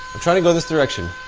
i'm trying to go this direction.